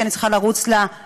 כי אני צריכה לרוץ לשדולה,